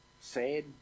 sad